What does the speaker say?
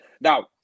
Now